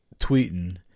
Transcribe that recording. tweeting